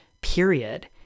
period